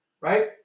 right